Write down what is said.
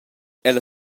ella